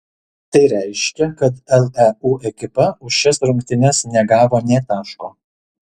tai reiškia kad leu ekipa už šias rungtynes negavo nė taško